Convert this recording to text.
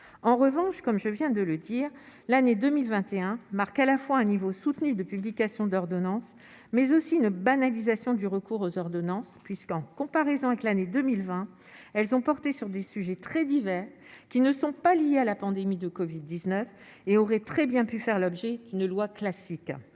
en revanche, comme je viens de le dire, l'année 2021 Marc à la fois un niveau soutenu de publication d'ordonnance, mais aussi une banalisation du recours aux ordonnances puisqu'en comparaison avec l'année 2020, elles ont porté sur des sujets très divers qui ne sont pas liées à la pandémie de Covid 19 et aurait très bien pu faire l'objet qui ne loi classique,